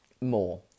more